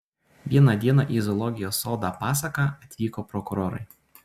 vieną dieną į zoologijos sodą pasaką atvyko prokurorai